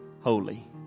Holy